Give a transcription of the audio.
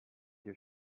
your